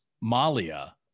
Malia